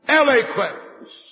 eloquence